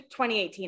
2018